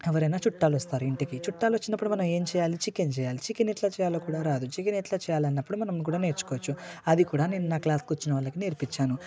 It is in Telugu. ఎవరైనా చుట్టాలు వస్తారు ఇంటికి చుట్టాలు వచ్చినప్పుడు మనం ఏం చేయాలి చికెన్ చేయాలి చికెన్ ఎట్లా చేయాలో కూడా రాదు చికెన్ ఎట్లా చేయాల అన్నప్పుడు మనం కూడా నేర్చుకోచ్చు అది కూడా నేను నా క్లాస్కి వచ్చిన వాళ్ళకి నేర్పించాను